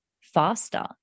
faster